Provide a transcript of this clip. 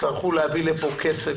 יצטרכו להביא לכאן כסף,